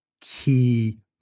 key